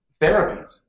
therapies